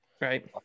Right